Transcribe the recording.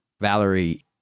Valerie